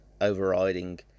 overriding